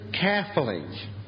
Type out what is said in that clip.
carefully